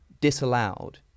disallowed